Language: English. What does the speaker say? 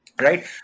Right